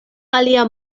alia